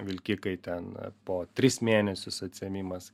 vilkikai ten po tris mėnesius atsiėmimas